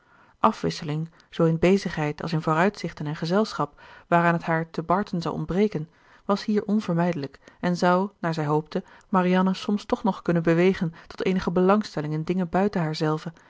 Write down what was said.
afwisseling zoo in bezigheid als in vooruitzichten en gezelschap waaraan het haar te barton zou ontbreken was hier onvermijdelijk en zou naar zij hoopte marianne soms toch nog kunnen bewegen tot eenige belangstelling in dingen buiten